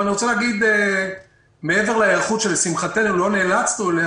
אני רוצה להגיד מעבר להיערכות שלשמחתנו לא נאלצנו אליה,